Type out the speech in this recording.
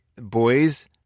boys